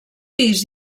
pis